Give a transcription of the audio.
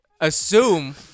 assume